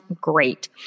great